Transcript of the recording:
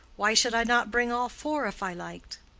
why should i not bring all four if i liked?